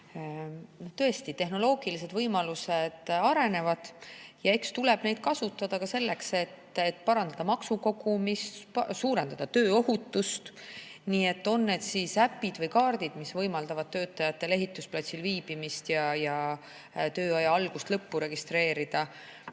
Tõesti, tehnoloogilised võimalused arenevad ja eks tuleb neid kasutada ka selleks, et parandada maksukogumist, suurendada tööohutust, on need siis äpid või kaardid, mis võimaldavad töötajate ehitusplatsil viibimist ning tööaja algust ja lõppu